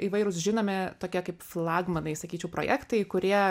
įvairūs žinomi tokie kaip flagmanai sakyčiau projektai kurie